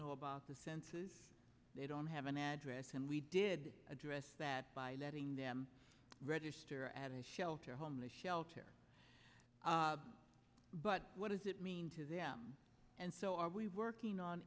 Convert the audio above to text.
know about the census they don't have an address and we did address that by letting them register at a shelter homeless shelter but what does it mean to them and so are we working on